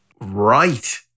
Right